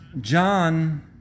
John